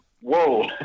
whoa